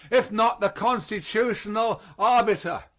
if not the constitutional, arbiter.